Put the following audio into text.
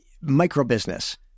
micro-business